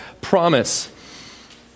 promise